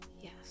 yes